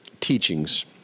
teachings